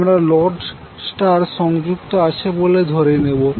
আমরা load star সংযুক্ত আছে বলে ধরে নেবো